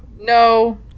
No